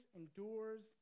endures